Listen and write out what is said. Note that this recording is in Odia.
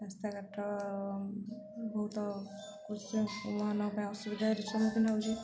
ରାସ୍ତାଘାଟ ବହୁତ ପାଇଁ ଅସୁବିଧାରେ ସମ୍ମୁଖୀନ ହେଉଛି